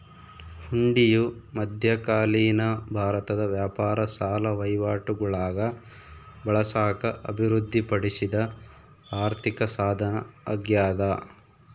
ಹುಂಡಿಯು ಮಧ್ಯಕಾಲೀನ ಭಾರತದ ವ್ಯಾಪಾರ ಸಾಲ ವಹಿವಾಟುಗುಳಾಗ ಬಳಸಾಕ ಅಭಿವೃದ್ಧಿಪಡಿಸಿದ ಆರ್ಥಿಕಸಾಧನ ಅಗ್ಯಾದ